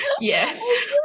yes